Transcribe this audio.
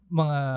mga